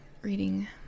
reading